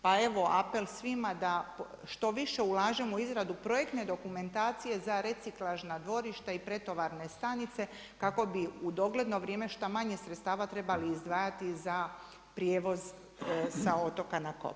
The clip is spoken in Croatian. Pa evo apel svima da što više ulažemo u izradu projektne dokumentacije za reciklažna dvorišta i pretovarne stanice kako bi u dogledno vrijeme što manje sredstava trebali izdvajati za prijevoz sa otoka na kopno.